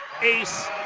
ace